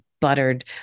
buttered